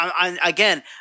again